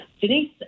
Denise